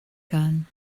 gun